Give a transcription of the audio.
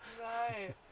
Right